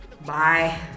bye